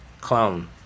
clown